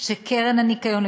שקרן הניקיון,